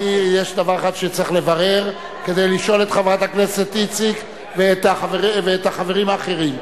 יש דבר אחד שצריך לברר כדי לשאול את חברת הכנסת ואת החברים האחרים.